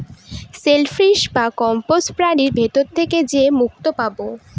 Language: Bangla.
সেল ফিশ বা কম্বোজ প্রাণীর ভিতর থেকে যে মুক্তো পাবো